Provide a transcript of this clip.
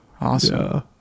Awesome